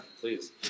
please